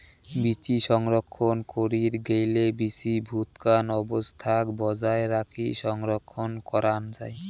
বীচি সংরক্ষণ করির গেইলে বীচি ভুতকান অবস্থাক বজায় রাখি সংরক্ষণ করাং যাই